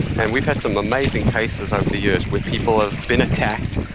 and we've had some amazing cases over the years where people have been attacked.